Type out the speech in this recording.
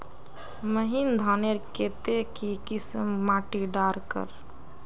महीन धानेर केते की किसम माटी डार कर?